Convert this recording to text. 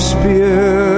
Spear